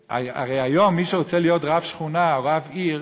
הרי היום מי שרוצה להיות רב שכונה או רב עיר